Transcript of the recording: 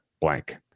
blank